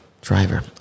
Driver